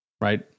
right